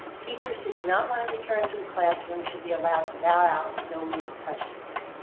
teachers who do not wanna return to the classroom should be allowed to bow out no repercussions.